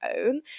own